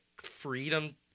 freedom